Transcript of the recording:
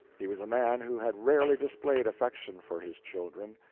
he was a man who had rarely displayed affection for his children.